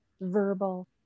verbal